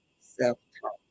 self-talk